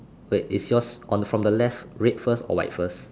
wait is yours on from the left red first or white first